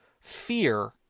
fear